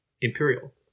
imperial